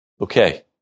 okay